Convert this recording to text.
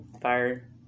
fire